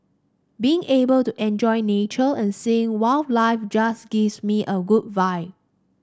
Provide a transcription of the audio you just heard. being able to enjoy nature and seeing wildlife just gives me a good vibe